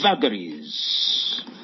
vagaries